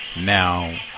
Now